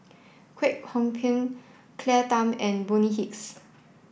Kwek Hong Png Claire Tham and Bonny Hicks